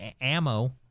Ammo